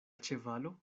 ĉevalo